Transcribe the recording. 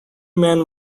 men